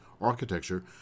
architecture